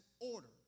order